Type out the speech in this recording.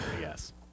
yes